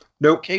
Nope